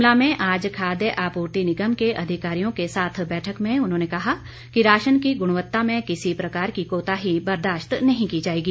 शिमला में आज खाद्य आपूर्ति निगम के अधिकारियों के साथ बैठक में उन्होंने कहा कि राशन की गुणवत्ता में किसी प्रकार की कोताही बर्दाश्त नहीं की जाएगी